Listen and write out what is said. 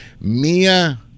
Mia